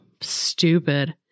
stupid